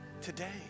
today